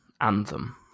Anthem